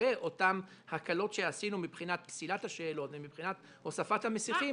אחרי אותן הקלות שעשינו מבחינת פסילת השאלות ומבחינת הוספת המסיחים,